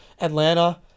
Atlanta